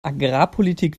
agrarpolitik